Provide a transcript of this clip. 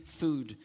food